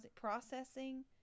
processing